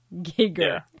Giger